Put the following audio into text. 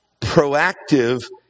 proactive